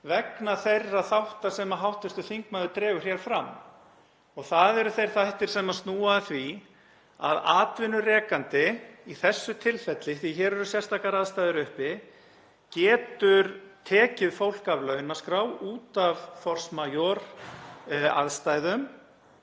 vegna þeirra þátta sem hv. þingmaður dregur hér fram. Það eru þeir þættir sem snúa að því að atvinnurekandi í þessu tilfelli, því að hér eru sérstakar aðstæður uppi, geti tekið fólk af launaskrá út af force majeure-aðstæðum